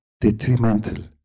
detrimental